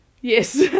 yes